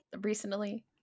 Recently